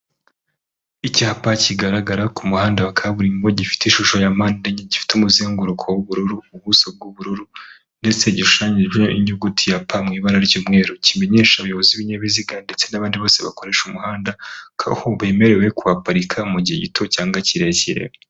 Icyapa kigaragara ku muhanda wa kaburimbo, gifite ishusho ya mpande enye gifite umuzenguruko w'ubururu, ubuso bw'ubururu ndetse gishushanyije inyuguti ya pa mu ibara ry'umweru. Kimenyesha abayobozi b'ibinyabiziga ndetse n'abandi bose bakoresha umuhanda, ko aho bemerewe kuhaparika mu gihe gito cyangwa kirekire.